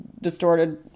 distorted